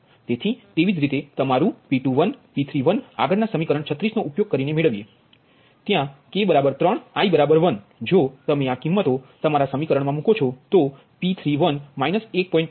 તેથી તેવી જ રીતે તમારું P21 P31 આગળના સમીકરણ 36 નો ઉપયોગ કરીને મેળવી એ ત્યા k 3 i 1 જો તમે આ કીમ્મતો તમે સમીકરણ મા મુકો છો તો P31 1